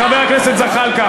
חברת הכנסת זנדברג?